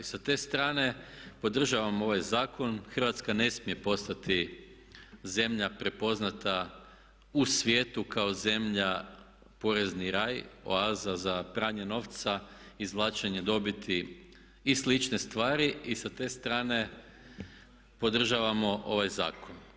I sa te strane podržavam ovaj zakon, Hrvatska ne smije postati zemlja prepoznata u svijetu kao zemlja porezni raj, oaza za pranje novca, izvlačenje dobiti i slične stvari i sa te strane podržavamo ovaj zakon.